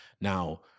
Now